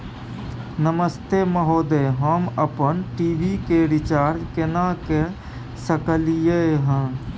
नमस्ते महोदय, हम अपन टी.वी के रिचार्ज केना के सकलियै हन?